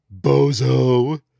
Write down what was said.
bozo